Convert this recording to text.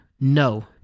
No